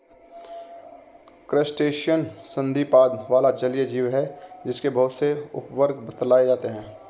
crustacean संधिपाद वाला जलीय जीव है जिसके बहुत से उपवर्ग बतलाए जाते हैं